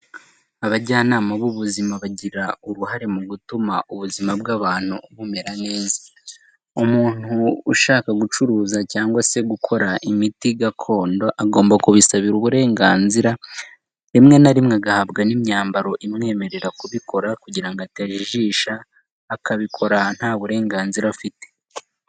Abajyanama b'ubuzima bagira uruhare mu gutuma ubuzima bw'abantu bumera neza. Umuntu ushaka gucuruza cyangwa se gukora imiti gakondo, agomba kubisabira uburenganzira, rimwe na rimwe agahabwa n'imyambaro imwemerera kubikora kugira ngo atajijisha, akabikora nta burenganzira afite.